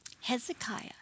Hezekiah